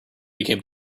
became